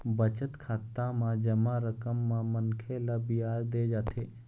बचत खाता म जमा रकम म मनखे ल बियाज दे जाथे